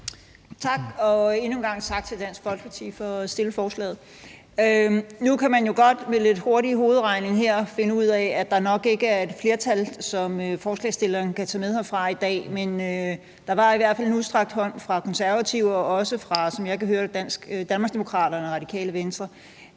Tak. Og endnu en gang tak til Dansk Folkeparti for at fremsætte forslaget. Nu kan man jo godt med lidt hurtig hovedregning konstatere, at der nok ikke er et flertal, som forslagsstillerne kan tage med herfra i dag, men der var i hvert fald en udstrakt hånd fra Konservative og, som jeg kunne høre det, også fra Danmarksdemokraterne og Radikale Venstre.